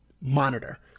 monitor